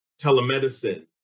telemedicine